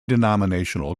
denominational